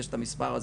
יש את המספר הזה.